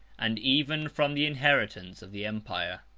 and even from the inheritance, of the empire.